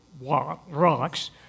rocks